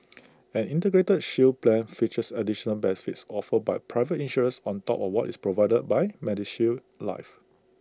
an integrated shield plan features additional benefits offered by private insurers on top of what is provided by medishield life